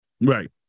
Right